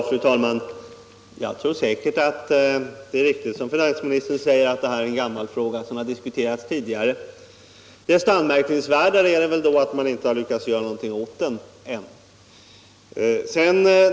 Fru talman! Jag tror säkert att det är riktigt som finansministern säger, att detta är en gammal fråga som har diskuterats tidigare. Desto anmärkningsvärdare är det då att man ännu inte har lyckats göra någonting åt den.